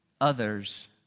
others